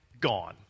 gone